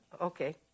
Okay